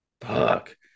Fuck